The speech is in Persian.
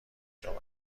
جای